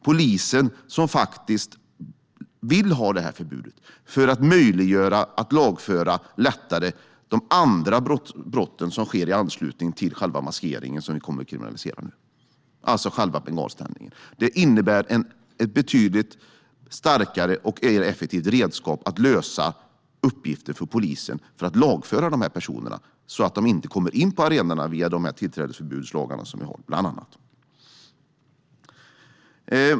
Det är polisen som vill ha förbudet för att få en möjlighet att lättare lagföra de andra brotten som sker i anslutning till själva maskeringen och som vi nu kommer att kriminalisera, det vill säga själva tändningen av bengaler. Det innebär ett betydligt starkare och mer effektivt redskap för polisen att lösa uppgiften att lagföra dessa personer. Det gäller bland annat att de inte kommer in på arenorna genom de tillträdesförbudslagar vi har.